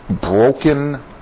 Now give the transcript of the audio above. broken